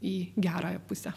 į gerąją pusę